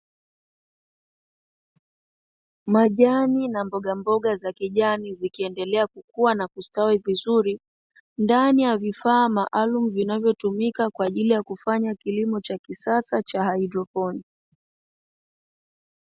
Majani na mbogamboga za kijani zikiendelea kukua na kustawi vizuri, ndani ya vifaa maalumu vinavyotumika kwaajili ya kufanya kilimo cha kisasa cha haidroponi.